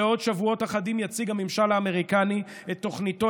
בעוד שבועות אחדים יציג הממשל האמריקני את תוכניתו